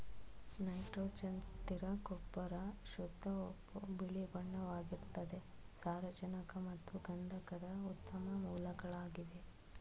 nitrogen ಸ್ಥಿರ ಗೊಬ್ಬರ ಶುದ್ಧ ಉಪ್ಪು ಬಿಳಿಬಣ್ಣವಾಗಿರ್ತದೆ ಸಾರಜನಕ ಮತ್ತು ಗಂಧಕದ ಉತ್ತಮ ಮೂಲಗಳಾಗಿದೆ